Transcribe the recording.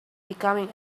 becoming